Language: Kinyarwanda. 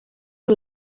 uru